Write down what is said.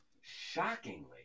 shockingly